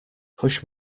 push